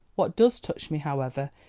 what does touch me, however,